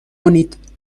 کنید